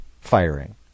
firing